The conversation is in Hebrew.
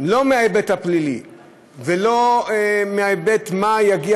לא מההיבט הפלילי ולא מההיבט של מה יגיע